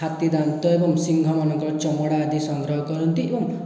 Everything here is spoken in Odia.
ହାତୀ ଦାନ୍ତ ଏବଂ ସିଂହମାନଙ୍କ ଚମଡ଼ା ଆଦି ସଂଗ୍ରହ କରନ୍ତି ଏବଂ